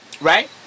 right